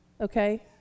Okay